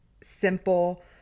simple